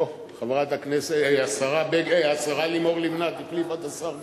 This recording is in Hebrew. אוה, השרה לימור לבנת החליפה את השר בגין.